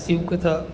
શિવકથા